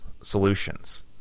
solutions